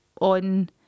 on